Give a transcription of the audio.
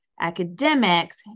academics